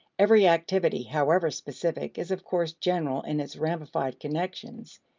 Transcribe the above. every activity, however specific, is, of course, general in its ramified connections,